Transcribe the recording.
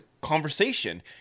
conversation